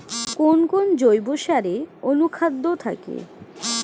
কোন কোন জৈব সারে অনুখাদ্য থাকে?